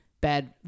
bad